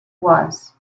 was